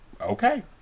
Okay